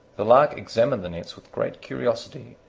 the lark examined the nets with great curiosity,